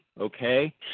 okay